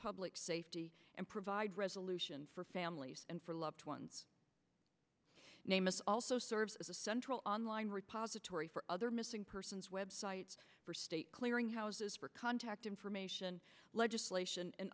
public safety and provide resolution for families and for loved ones name us also serves as a central online repository for other missing persons web sites for state clearing houses for contact information legislation and